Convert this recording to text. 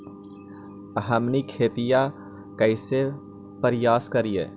हमनी खेतीया कइसे परियास करियय?